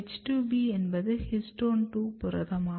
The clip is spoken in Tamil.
H2B என்பது HISTONE2 புரதம்